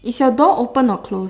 is your door open or close